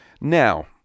Now